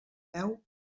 peu